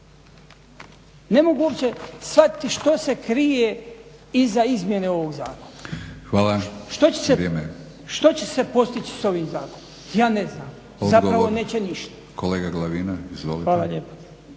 Ne mogu uopće shvatiti što se krije iza izmjene ovog zakona, što će se postići s ovim zakonom ja ne znam. Zapravo neće ništa.